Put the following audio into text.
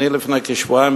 לפני כשבועיים,